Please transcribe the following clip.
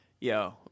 yo